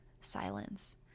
silence